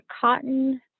cotton